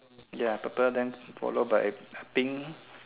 ya purple then followed by pink